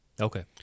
Okay